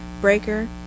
Breaker